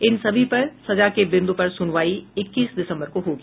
इन सभी पर सजा के बिंदु पर सुनवाई इक्कीस दिसंबर को होगी